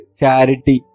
charity